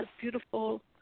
beautiful